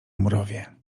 mrowie